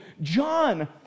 John